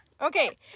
Okay